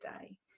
day